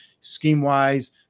scheme-wise